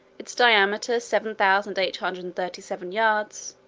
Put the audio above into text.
its diameter seven thousand eight hundred and thirty seven yards,